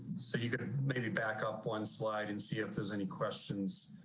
so you can maybe back up one slide and see if there's any questions,